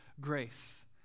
grace